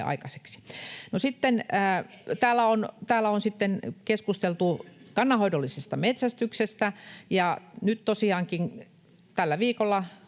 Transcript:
täällä on keskusteltu kannanhoidollisesta metsästyksestä. Nyt tosiaankin viime viikolla